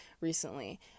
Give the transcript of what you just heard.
recently